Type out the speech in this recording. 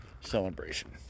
celebration